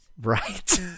Right